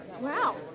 Wow